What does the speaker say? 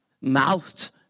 mouth